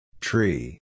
Tree